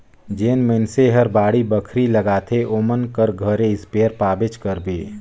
जेन मइनसे हर बाड़ी बखरी लगाथे ओमन कर घरे इस्पेयर पाबेच करबे